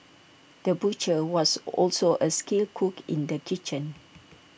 the butcher was also A skilled cook in the kitchen